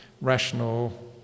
rational